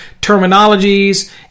terminologies